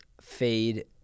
fade